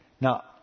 Now